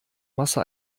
masse